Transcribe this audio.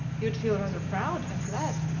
you'd feel rather proud and glad.